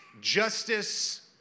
justice